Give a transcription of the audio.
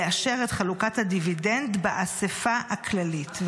לאשר את חלוקת הדיבידנד באספה הכללית,